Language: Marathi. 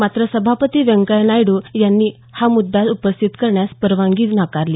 मात्र सभापती व्यंकय्या नायडू यांनी हा मुद्दा उपस्थित करण्यास परवानगी नाकारली